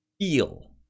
feel